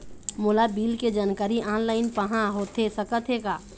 मोला बिल के जानकारी ऑनलाइन पाहां होथे सकत हे का?